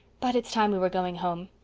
but it's time we were going home.